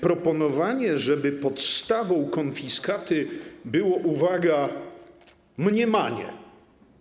Proponowanie, żeby podstawą konfiskaty było, uwaga, mniemanie.